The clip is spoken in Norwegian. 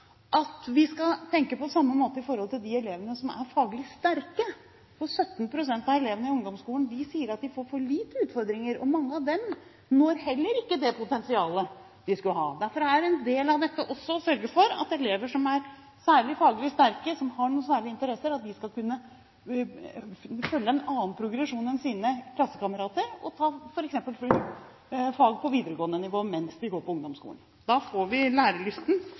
at vi skal tenke på samme måte når det gjelder de elevene som er faglig sterke, for 17 pst. av elevene i ungdomsskolen sier at de får for lite utfordringer, og mange av dem når heller ikke det potensialet de skulle hatt. Derfor er en del av dette også å sørge for at elever som er særlig faglig sterke, som har noen særlige interesser, skal kunne følge en annen progresjon enn sine klassekamerater og ta f.eks. fag på videregående nivå mens de går på ungdomsskolen. Da får vi